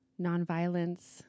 nonviolence